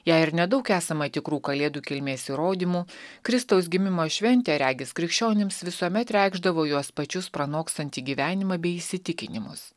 jei ir nedaug esama tikrų kalėdų kilmės įrodymų kristaus gimimo šventė regis krikščionims visuomet reikšdavo juos pačius pranokstantį gyvenimą bei įsitikinimus